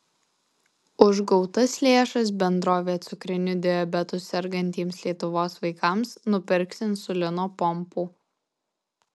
už gautas lėšas bendrovė cukriniu diabetu sergantiems lietuvos vaikams nupirks insulino pompų